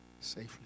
safely